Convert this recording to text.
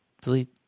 delete